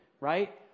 Right